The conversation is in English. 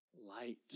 Light